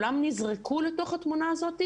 כולם נזרקו לתוך התמונה הזאת,